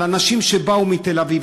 על אנשים שבאו מתל-אביב,